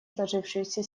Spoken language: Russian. сложившуюся